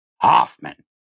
Hoffman